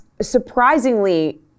surprisingly